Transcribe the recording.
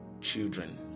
children